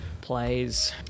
Plays